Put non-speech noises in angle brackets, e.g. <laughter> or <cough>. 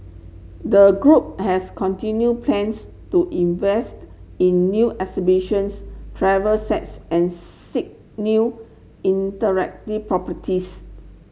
the group has continued plans to invest in new exhibitions travel sets and seek new <unintelligible> properties